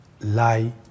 lie